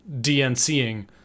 DNCing